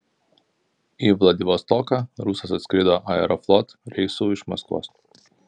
į vladivostoką rusas atskrido aeroflot reisu iš maskvos